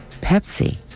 Pepsi